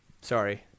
Sorry